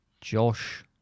Josh